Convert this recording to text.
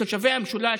תושבי המשולש,